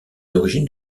origines